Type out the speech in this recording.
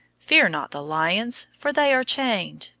fear not the lions, for they are chained.